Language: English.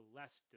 less